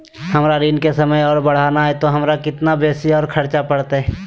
हमर ऋण के समय और बढ़ाना है तो हमरा कितना बेसी और खर्चा बड़तैय?